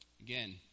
Again